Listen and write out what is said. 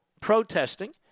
protesting